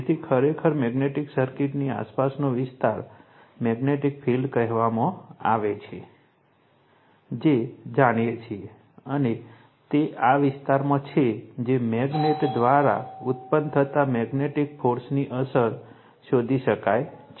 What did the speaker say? તેથી ખરેખર મેગ્નેટિક સર્કિટની આસપાસનો વિસ્તાર મેગ્નેટિક ફિલ્ડ કહેવામાં આવે છે જે જાણીએ છીએ અને તે આ વિસ્તારમાં છે જે મેગ્નેટ દ્વારા ઉત્પન્ન થતા મેગ્નેટિક ફોર્સની અસર શોધી શકાય છે